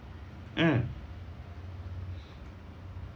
mm